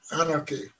anarchy